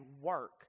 work